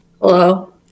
hello